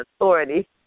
authority